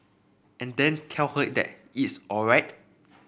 and then tell her that it's alright